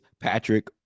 Patrick